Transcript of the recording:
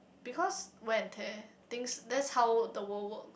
because when things that's how the world work